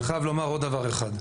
אני חייב לומר עוד דבר אחד,